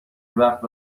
وقت